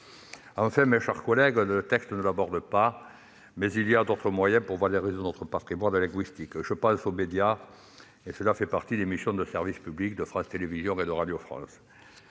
Enfin, mes chers collègues, le texte ne l'aborde pas, mais il y a d'autres moyens pour valoriser notre patrimoine linguistique. Je pense aux médias. Cette valorisation fait ainsi partie des missions de service public de France Télévisions et Radio France.